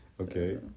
Okay